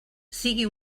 sigui